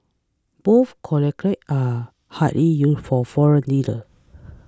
both accolades are hardly used for foreign leaders